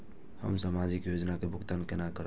हम सामाजिक योजना के भुगतान केना करब?